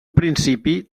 principi